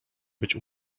być